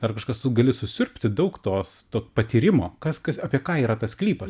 ar kažkas tu gali susiurbti daug tos to patyrimo kas kas apie ką yra tas sklypas